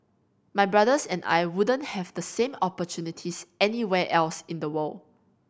my brothers and I wouldn't have the same opportunities anywhere else in the world